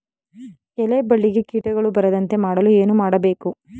ಎಲೆ ಬಳ್ಳಿಗೆ ಕೀಟಗಳು ಬರದಂತೆ ಮಾಡಲು ಏನು ಮಾಡಬೇಕು?